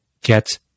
get